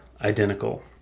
identical